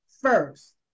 first